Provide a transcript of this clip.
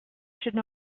should